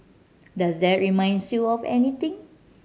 does that reminds you of anything